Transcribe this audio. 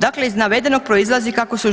Dakle, iz navedenog proizlazi kako su